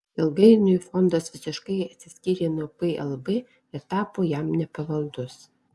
ilgainiui fondas visiškai atsiskyrė nuo plb ir tapo jam nepavaldus